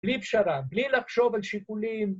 בלי פשרה, בלי לחשוב על שיקולים.